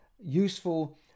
useful